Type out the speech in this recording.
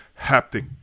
haptic